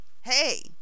Hey